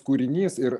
kūrinys ir